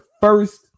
first